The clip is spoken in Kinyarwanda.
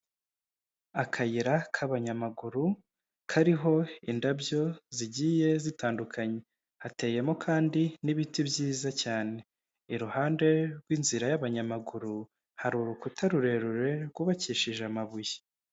Akayira k'abanyamaguru kariho indabyo zigiye zitandukanye. Hateyemo kandi n'ibiti byiza cyane. Iruhande rw'inzira y'abanyamaguru hari urukuta rurerure rwubakishije amabuye.